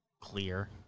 Clear